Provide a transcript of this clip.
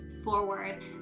Forward